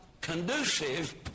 conducive